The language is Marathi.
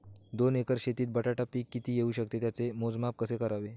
दोन एकर शेतीत बटाटा पीक किती येवू शकते? त्याचे मोजमाप कसे करावे?